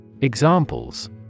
Examples